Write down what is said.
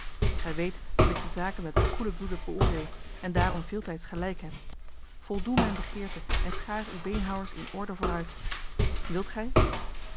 gij weet dat ik de zaken met koelen bloede beoordeel en daarom veeltijds gelijk heb voldoe mijn begeerte en schaar uw beenhouwers in orde vooruit wilt gij